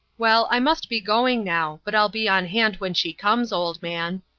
well, i must be going now. but i'll be on hand when she comes, old man!